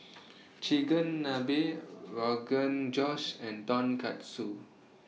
Chigenabe Rogan Josh and Tonkatsu